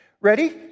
ready